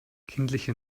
kindliche